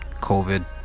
COVID